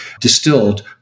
distilled